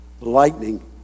Lightning